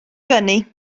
fyny